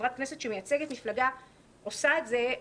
חברת כנסת שמייצגת מפלגה עושה את זה,